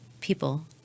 people